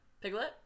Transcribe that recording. Piglet